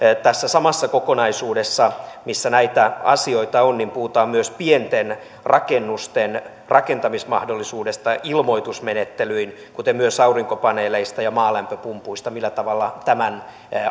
tässä samassa kokonaisuudessa missä näitä asioita on puhutaan myös pienten rakennusten rakentamismahdollisuudesta ilmoitusmenettelyin kuten myös aurinkopaneeleista ja maalämpöpumpuista millä tavalla tämän